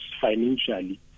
financially